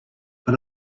but